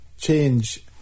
change